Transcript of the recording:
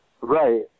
Right